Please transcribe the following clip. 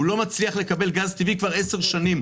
הוא לא מצליח לקבל גז טבעי כבר עשר שנים.